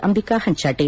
Ambika Hanchate